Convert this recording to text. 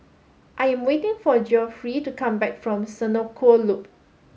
I am waiting for Geoffrey to come back from Senoko Loop